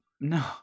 No